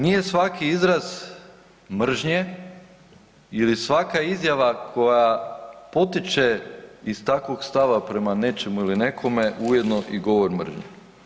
Nije svaki izraz mržnje ili svaka izjava koja potiče iz takvog stava prema nečemu ili nekome ujedno i govor mržnje.